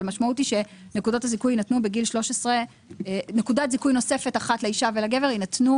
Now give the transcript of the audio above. אבל המשמעות היא שנקודת זיכוי נוספת אחת לאישה ולגבר יינתנו